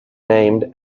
named